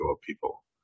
people